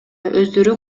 өздөрү